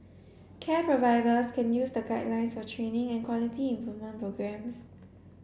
care providers can use the guidelines for training and quality improvement programmes